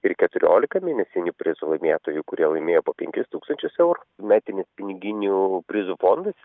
ir keturiolika mėnesinių prizų laimėtojų kurie laimėjo po penkis tūkstančius eurų metinis piniginių prizų fondas